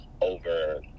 over